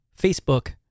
Facebook